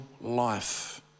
life